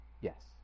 Yes